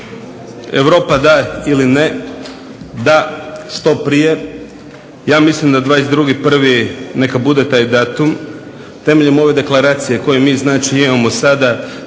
Europa da ili ne. Da što prije. Ja mislim da 22. 1. bude taj datum, temeljem ove Deklaracije koju mi imamo sada,